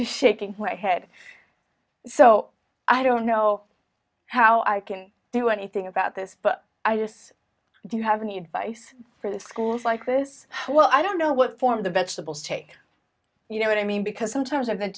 just shaking my head so i don't know how i can do anything about this but i guess do you have any advice for the schools like this well i don't know what form the vegetables take you know what i mean because sometimes i